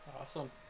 awesome